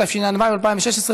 התשע"ו 2016,